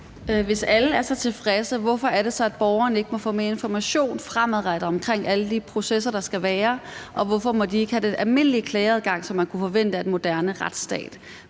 Hvis alle er så tilfredse, hvorfor er det så, at borgerne ikke må få mere information fremadrettet om alle de processer, der skal være, og hvorfor må de ikke have den almindelige klageadgang, som man kunne forvente af en moderne retsstat?